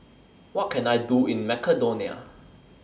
What Can I Do in Macedonia